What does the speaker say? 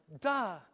Duh